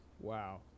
Wow